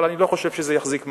אבל אני לא חושב שזה יחזיק מים,